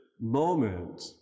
moment